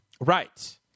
Right